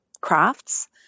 crafts